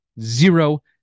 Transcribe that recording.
Zero